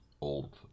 old